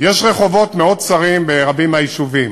יש רחובות מאוד צרים ברבים מהיישובים.